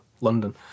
London